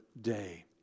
day